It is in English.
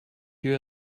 you